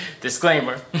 Disclaimer